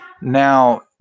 Now